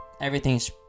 everything's